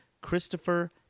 Christopher